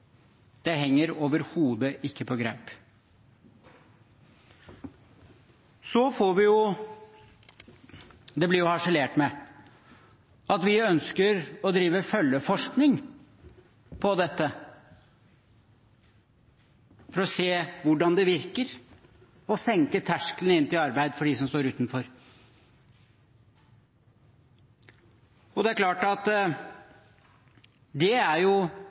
Det henger ikke på greip. Det henger overhodet ikke på greip. Det blir harselert med at vi ønsker å drive følgeforskning på dette for å se hvordan det virker å senke terskelen inn til arbeid for dem som står utenfor. Det er jo